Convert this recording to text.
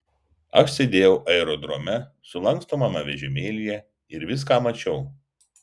aš sėdėjau aerodrome sulankstomame vežimėlyje ir viską mačiau